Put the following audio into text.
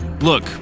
look